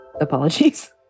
apologies